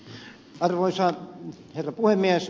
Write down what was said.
arvoisa herra puhemies